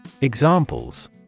Examples